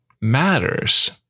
matters